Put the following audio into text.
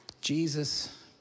Jesus